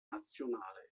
nationale